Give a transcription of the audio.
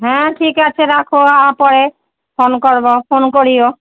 হ্যাঁ ঠিক আছে রাখো পরে ফোন করবো ফোন করিও